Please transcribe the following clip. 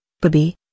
baby